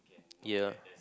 ya